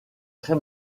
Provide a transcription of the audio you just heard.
très